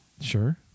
Sure